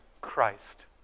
Christ